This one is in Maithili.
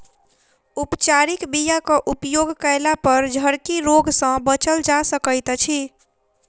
उपचारित बीयाक उपयोग कयलापर झरकी रोग सँ बचल जा सकैत अछि